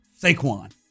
Saquon